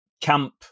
camp